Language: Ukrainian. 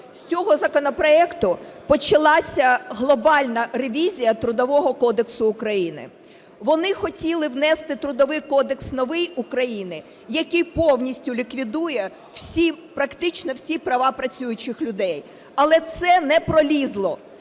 З цього законопроекту почалася глобальна ревізія Трудового кодексу України. Вони хотіли внести Трудовий кодекс новий України, який повністю ліквідує практично всі права працюючих людей. Але це не пролізло.